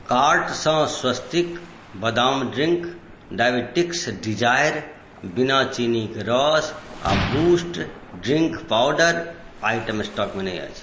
कार्टसँ स्वस्तिक बदाम ड्रिंक डायबेटिक्स डिजायर बिना चीनीक रस आ बूस्ट ड्रिंक पाउडर आइटम स्टॉकमे नहि अछि